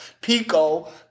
Pico